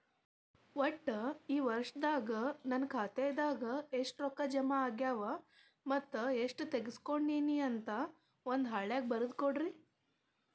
ಒಟ್ಟ ಈ ವರ್ಷದಾಗ ನನ್ನ ಖಾತೆದಾಗ ಎಷ್ಟ ರೊಕ್ಕ ಜಮಾ ಆಗ್ಯಾವ ಮತ್ತ ಎಷ್ಟ ತಗಸ್ಕೊಂಡೇನಿ ಅಂತ ಒಂದ್ ಹಾಳ್ಯಾಗ ಬರದ ಕೊಡ್ರಿ